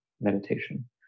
meditation